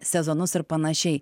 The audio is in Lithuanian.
sezonus ir panašiai